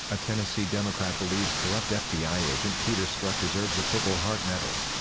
a tennessee democrat believes corrupt fbi agent peter strzok deserves a purple heart medal!